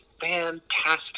fantastic